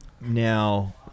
Now